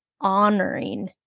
honoring